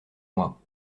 mois